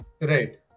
Right